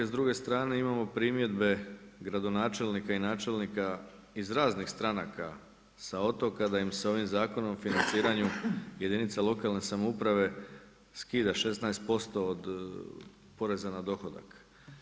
S druge strane imamo primjedbe gradonačelnika i načelnika iz raznih stranaka sa otoka da im se ovim Zakonom o financiranju jedinica lokalne samouprave skida 16% od poreza na dohodak.